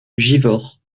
givors